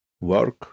Work